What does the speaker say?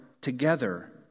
together